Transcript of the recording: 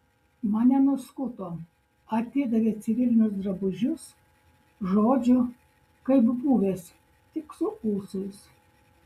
mane nuskuto atidavė civilinius drabužius žodžiu kaip buvęs tik su ūsais